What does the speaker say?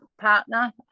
partner